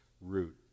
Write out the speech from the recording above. route